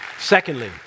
secondly